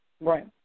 Right